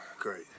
great